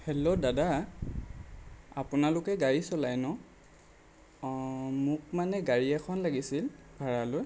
hello দাদা আপোনালোকে গাড়ী চলাই ন' অ মোক মানে গাড়ী এখন লাগিছিল ভাড়ালৈ